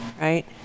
right